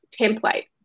template